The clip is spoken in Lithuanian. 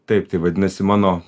taip tai vadinasi mano